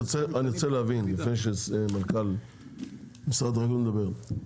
אני רוצה להבין, לפני שמנכ"ל משרד החקלאות מדבר.